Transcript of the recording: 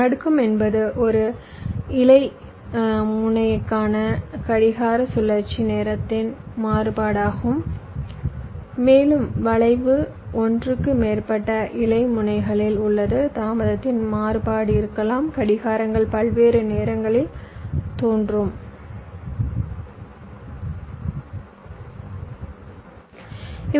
நடுக்கம் என்பது ஒரு இலை முனைக்கான கடிகார சுழற்சி நேரத்தின் மாறுபாடாகும் மேலும் வளைவு ஒன்றுக்கு மேற்பட்ட இலை முனைகளில் உள்ளது தாமதத்தில் மாறுபாடு இருக்கலாம் கடிகாரங்கள் பல்வேறு நேரங்களில் தோன்றும்